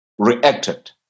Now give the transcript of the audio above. reacted